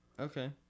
Okay